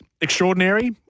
extraordinary